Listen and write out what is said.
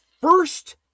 first